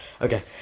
Okay